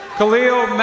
Khalil